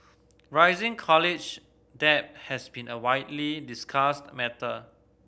rising college debt has been a widely discussed matter